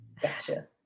gotcha